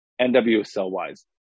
NWSL-wise